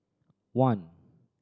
one